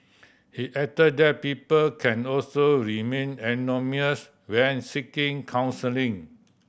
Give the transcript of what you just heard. he added that people can also remain anonymous when seeking counselling